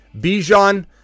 Bijan